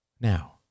Now